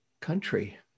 country